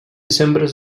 sembres